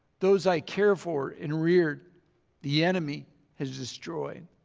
those i care for and reared the enemy has destroyed.